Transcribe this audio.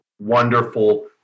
wonderful